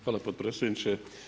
Hvala potpredsjedniče.